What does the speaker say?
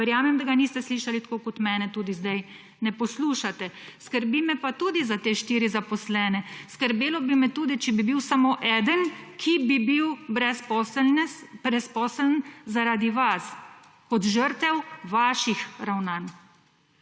Verjamem, da ga niste slišali, tako kot mene tudi zdaj ne poslušate. Skrbi me pa tudi za te štiri zaposlene. Skrbelo bi me tudi, če bi bil samo eden, ki bi bil brezposeln zaradi vas kot žrtev vaših ravnanj;